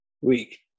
week